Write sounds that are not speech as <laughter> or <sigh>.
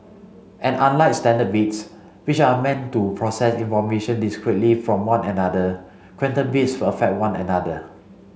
and unlike standard bits which are meant to process information discretely from one another quantum bits <unintelligible> affect one another